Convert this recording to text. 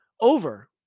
over